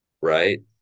right